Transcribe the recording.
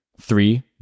Three